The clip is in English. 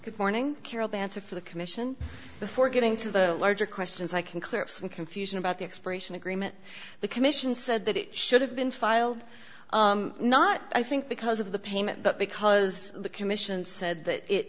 good morning carol banter for the commission before getting to the larger questions i can clear up some confusion about the expiration agreement the commission said that it should have been filed not i think because of the payment but because the commission said that it